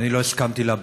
שאני לא הסכמתי לה,